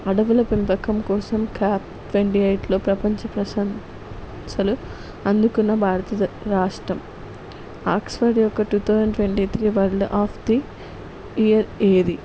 అడవుల పెంపకం కోసం క్యాప్ ట్వెంటీ ఎయిట్లో ప్రపంచ ప్రశంసలు అందుకున్న భారత రాష్ట్రం ఆక్స్ఫోర్డ్ యొక్క two thousand twenty three world of the year ఏది